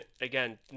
again